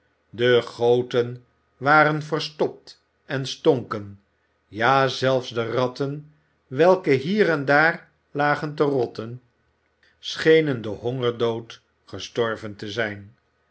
de goten waren verstopt en stonken ja zelfs de ratten welke hier en daar lagen te rotten schenen den hongerdood gestorven te zijn